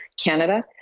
Canada